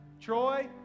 Troy